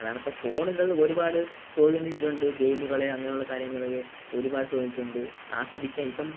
അതാണ് ഇപ്പോൾ ഫോണുകൾ ഒരുപാട് സ്വാധീനിച്ചിട്ടുണ്ട് ഗെയിമുകളെ അങ്ങനെ ഉള്ള കാര്യങ്ങൾ ഒരുപാട് സ്വാധീനിച്ചിട്ടുണ്ട് ആസ്വദിക്കുക ഇപ്പം